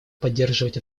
поддерживать